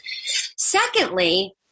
Secondly